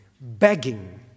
begging